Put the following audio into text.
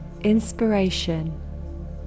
inspiration